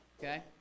okay